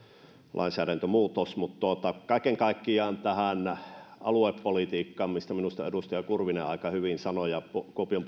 lainsäädäntömuutos mutta kaiken kaikkiaan tähän aluepolitiikkaan mistä minusta edustaja kurvinen aika hyvin sanoi ja mistä kuopion